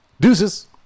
Deuces